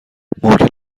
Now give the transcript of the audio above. ممکن